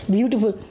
Beautiful